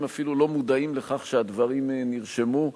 אפילו לא מודעים לכך שהדברים נרשמו.